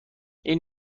این